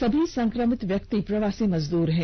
सभी संक्रमित व्यक्ति प्रवासी मजदूर हैं